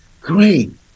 great